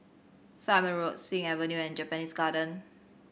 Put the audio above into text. Simon Road Sing Avenue and Japanese Garden